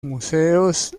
museos